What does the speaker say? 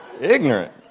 Ignorant